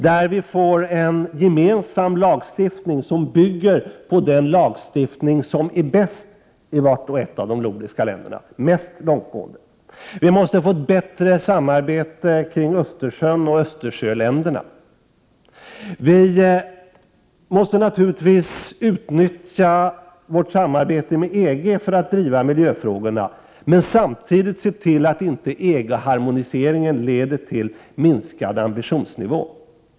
Vi måste få en gemensam lagstiftning som bygger på den lagstiftning som är bäst och mest långtgående i vart och ett av de nordiska länderna. Vi måste få ett bra samarbete med Östersjöländerna. Vi måste naturligtvis utnyttja vårt samarbete med EG för att driva miljöfrågorna men samtidigt se till, att inte EG-harmoniseringen leder till minskad ambitionsnivå.